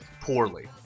poorly